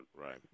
Right